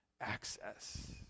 access